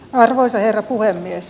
arvoisa herra puhemies